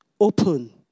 Open